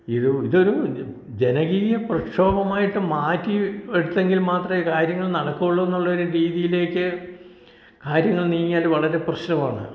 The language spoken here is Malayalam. ഇത് ഇതൊരു ജനകീയ പ്രക്ഷോഭമായിട്ട് മാറ്റി എടുത്തെങ്കിൽ മാത്രമേ കാര്യങ്ങൾ നടക്കുള്ളൂ എന്നുള്ളൊരു രീതിയിലേക്ക് കാര്യങ്ങൾ നീങ്ങിയാൽ വളരെ പ്രശ്നമാണ്